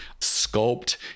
sculpt